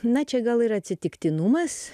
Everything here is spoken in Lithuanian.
na čia gal ir atsitiktinumas